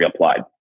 reapplied